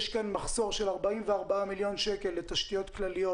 יש כאן מחסור של 44 מיליון שקל לתשתיות כלליות